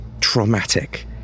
traumatic